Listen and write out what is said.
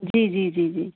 जी जी जी जी